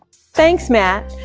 thanks matt.